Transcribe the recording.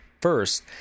First